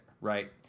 right